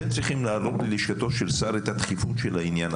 אתם צריכים להעלות ללשכתו של השר את הדחיפות של העניין,